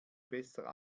besser